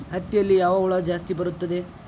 ಹತ್ತಿಯಲ್ಲಿ ಯಾವ ಹುಳ ಜಾಸ್ತಿ ಬರುತ್ತದೆ?